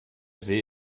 see